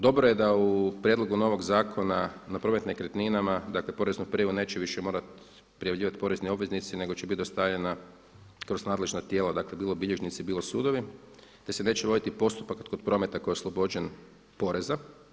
Dobro je da u prijedlogu novog zakona na promet nekretninama, dakle poreznu prijavu neće više morati prijavljivati porezni obveznici nego će biti dostavljena kroz nadležna tijela, dakle bilo bilježnici, bilo sudovi, te se neće voditi postupak kod prometa koji je oslobođen poreza.